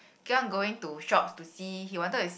keep on going to shops to see he wanted to see